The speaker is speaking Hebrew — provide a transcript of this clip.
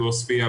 בעוספיא,